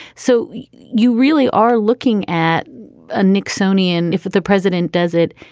so you really are looking at a nixonian if the president does it,